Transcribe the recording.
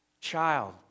Child